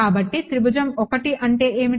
కాబట్టి త్రిభుజం 1 అంటే ఏమిటి